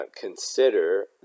consider